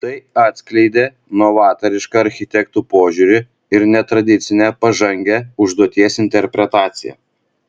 tai atskleidė novatorišką architektų požiūrį ir netradicinę pažangią užduoties interpretaciją